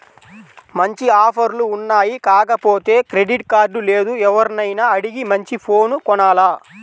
మంచి ఆఫర్లు ఉన్నాయి కాకపోతే క్రెడిట్ కార్డు లేదు, ఎవర్నైనా అడిగి మంచి ఫోను కొనాల